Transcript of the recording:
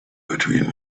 between